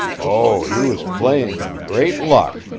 oh, he was playing in great luck!